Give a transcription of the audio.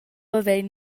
havein